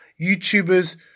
YouTubers